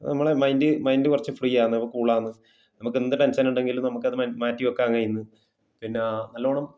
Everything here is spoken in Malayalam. നമ്മളെ മൈൻഡ് മൈൻഡ് കുറച്ച് ഫ്രീ ആണ് കൂളാണ് നമുക്ക് എന്ത് ടെൻഷൻ ഉണ്ടെങ്കിലും നമുക്ക് അത് മാറ്റി വയ്ക്കാൻ കഴിയുന്നു പിന്നെ നല്ലോണം